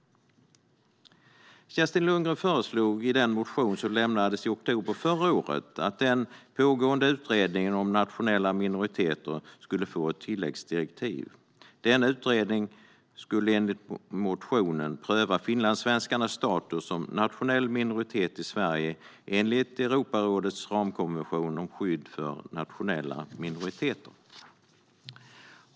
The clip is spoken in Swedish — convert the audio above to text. Kerstin Lundgren föreslog i den motion som lämnades i oktober förra året att den pågående utredningen om nationella minoriteter skulle få ett tilläggsdirektiv. Denna utredning skulle enligt motionen pröva finlandssvenskarnas status som nationell minoritet i Sverige enligt Europarådets ramkonvention om skydd för nationella minoriteter.